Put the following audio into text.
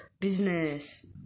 Business